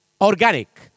organic